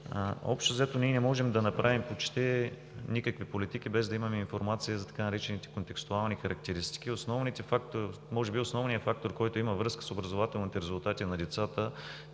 Общо взето ние не можем да направи почти никакви политики, без да имаме информация за така наречените „контекстуални“ характеристики. Може би основният фактор, който има връзка с образователните резултати на лицата